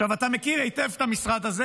אתה מכיר היטב את המשרד הזה,